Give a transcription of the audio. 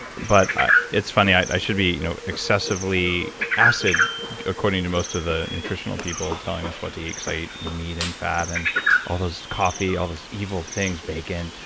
but it's funny, i should be you know excessively acid according to most of the nutritional people telling us what to eat because i eat meat and fat and all those. coffee, all those evil things, bacon,